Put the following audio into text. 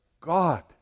God